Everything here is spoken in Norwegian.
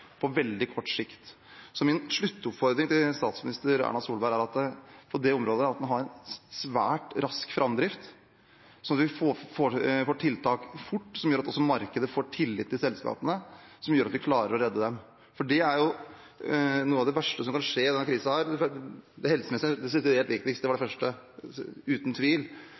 på veldig kort sikt. Min sluttoppfordring til statsminister Erna Solberg på det området er at man har en svært rask framdrift, at vi får tiltak fort som gjør at markedet får tillit til selskapene og vi klarer å redde dem. Noe av det verste som kan skje i denne krisen – hvis vi ser bort fra det helsemessige, som uten tvil er det verste – er